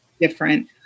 different